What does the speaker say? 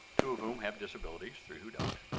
two of whom have disabilities, three who don't.